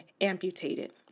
amputated